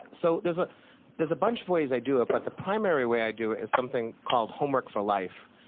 so there's ah there's a bunch of ways i do it, but the primary way i do it is something called homework for life,